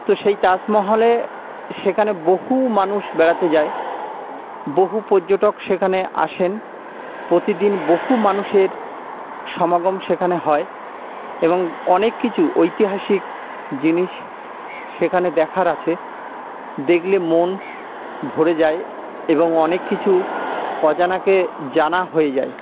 তো সেই তাজমহলে সেখানে বহু মানুষ বেড়াতে যায় বহু পর্যটক সেখানে আসেন প্রতিদিন বহু মানুষের সমাগম সেখানে হয় এবং অনেক কিছু ঐতিহাসিক জিনিস সেখানে দেখার আছে দেখলে মন ভরে যায় এবং অনেক কিছু অজানাকে জানা হয়ে যায়